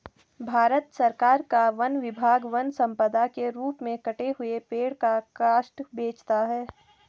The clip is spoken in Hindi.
भारत सरकार का वन विभाग वन सम्पदा के रूप में कटे हुए पेड़ का काष्ठ बेचता है